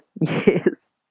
Yes